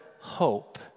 hope